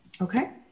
Okay